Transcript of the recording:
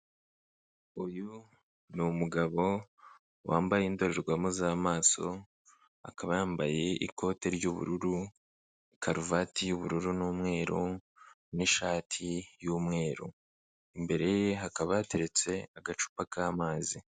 Uyu ni umugabo wambaye indorerwamo z'amaso, akaba yambaye ikote ry'ubururu, karuvati y'ubururu n'umweru n'ishati y'umweru, imbere ye hakaba hateretse agacupa k'amazi.